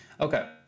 Okay